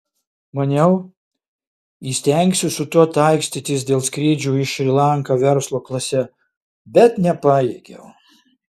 maniau įstengsiu su tuo taikstytis dėl skrydžių į šri lanką verslo klase bet nepajėgiau